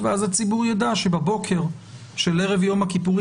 אז הממוצע ליום הוא די דומה לממוצע ליום גם של חודש